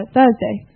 Thursday